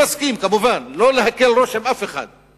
אני מסכים, כמובן שלא להקל ראש עם אף אחד,